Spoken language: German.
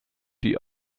die